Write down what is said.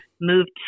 moved